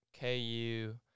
KU